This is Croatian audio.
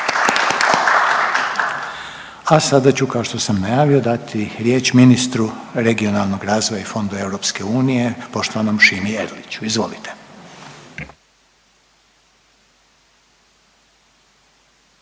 A sada ću kao što sam najavio dati riječ ministru regionalnog razvoja i fondova Europske unije poštovanom Šimi Erliću, izvolite.